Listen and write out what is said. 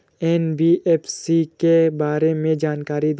NBFC के बारे में जानकारी दें?